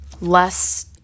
less